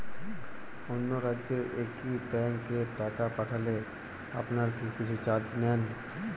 অন্য রাজ্যের একি ব্যাংক এ টাকা পাঠালে আপনারা কী কিছু চার্জ নেন?